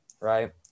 right